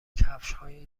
کفشهای